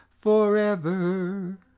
forever